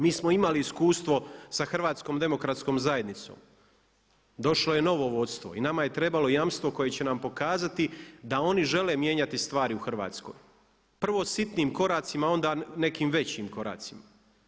Mi smo imali iskustvo sa HDZ-om, došlo je novo vodstvo i nama je trebalo jamstvo koje će nam pokazati da oni žele mijenjati stvari u Hrvatskoj, prvo sitnim koracima a onda nekim većim koracima.